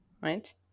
right